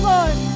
Lord